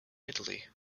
italy